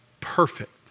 perfect